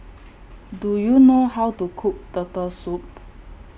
Do YOU know How to Cook Turtle Soup